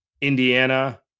Indiana